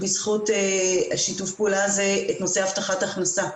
בזכות שיתוף פעולה הזה, את נושא הבטחת הכנסה,